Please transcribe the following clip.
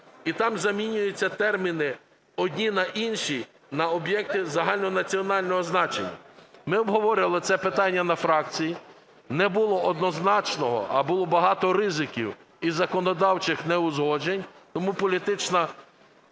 І там замінюється терміни одні на інші на об'єкти загальнонаціонального значення. Ми обговорювали це питання на фракції. Не було однозначного, а було багато ризиків і законодавчих неузгоджень. Тому політична